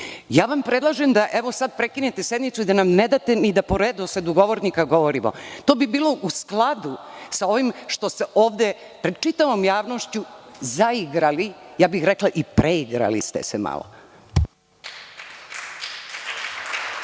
se. Predlažem vam da evo sada prekinete sednicu i da nam ne date ni da po redosledu govornika govorimo. To bi bilo u skladu sa ovim što se ovde, pred čitavom javnošću zaigrali, rekla bih i preigrali ste se malo.